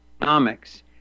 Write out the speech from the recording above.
economics